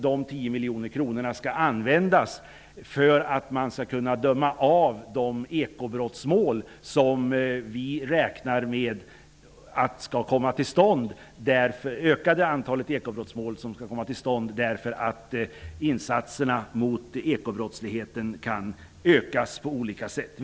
Dessa 10 miljoner kronor skall användas för att man skall kunna avdöma de ekobrottsmål som vi räknar med kommer till stånd därför att insatserna mot ekobrottsligheten kan ökas på olika sätt.